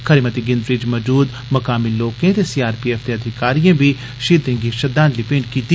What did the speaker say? खरी मती गिनतरी च मौजूद मुकामी लोकें ते सीआरपीएफ दे अधिकारिए बी शहीदें गी श्रद्धामलि अर्पित कीती